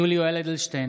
(קורא בשמות חברי הכנסת) יולי יואל אדלשטיין,